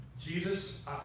Jesus